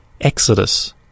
Exodus